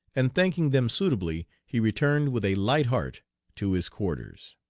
and thanking them suitably he returned with a light heart to his quarters.